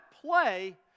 play